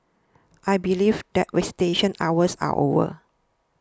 I believe that visitation hours are over